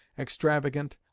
extravagant,